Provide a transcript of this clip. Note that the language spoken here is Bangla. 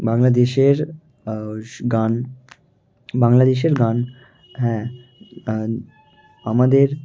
বাংলাদেশের স গান বাংলাদেশের গান হ্যাঁ আমাদের